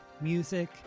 music